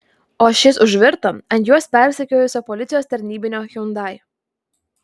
o šis užvirto ant juos persekiojusio policijos tarnybinio hyundai